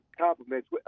compliments